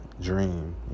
dream